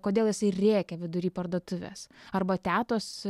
kodėl jisai rėkia vidury parduotuvės arba tetos